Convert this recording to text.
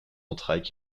entrailles